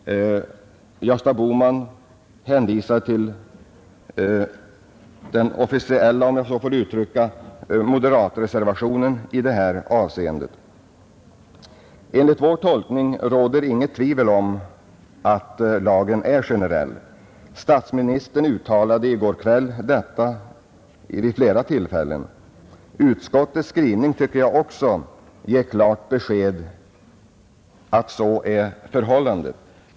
Gösta Bohman har hänvisat till den officiella — om jag så får uttrycka det — moderatreservationen i detta avseende. Enligt vår tolkning råder inget tvivel om att lagen är generell. Statsministern uttalade i går kväll vid flera tillfällen att så var fallet. Utskottets skrivning tycker jag också ger klart besked att så är förhållandet.